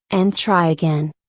and try again.